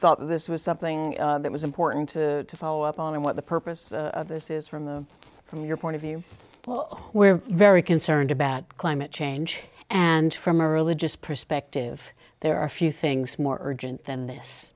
thought this was something that was important to follow up on and what the purpose of this is from the from your point of view well we're very concerned about climate change and from a religious perspective there are a few things more urgent than this